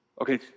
Okay